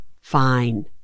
fine